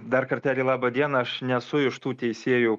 dar kartelį labą dieną aš nesu iš tų teisėjų